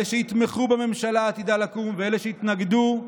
אלה שיתמכו בממשלה העתידה לקום ואלה שיתנגדו,